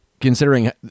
considering